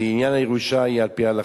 כי עניין הירושה הוא על-פי ההלכה.